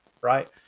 right